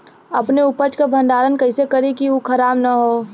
अपने उपज क भंडारन कइसे करीं कि उ खराब न हो?